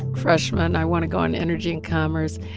freshman, i want to go on energy and commerce,